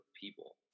people